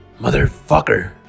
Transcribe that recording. Motherfucker